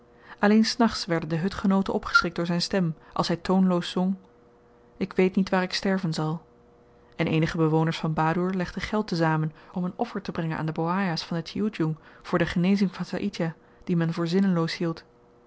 alleen s nachts werden de hutgenooten opgeschrikt door zyn stem als hy toonloos zong ik weet niet waar ik sterven zal en eenige bewoners van badoer legden geld tezamen om een offer te brengen aan de boaja's van den tjioedjoeng voor de genezing van saïdjah dien men voor zinneloos hield